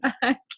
back